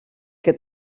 que